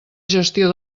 gestió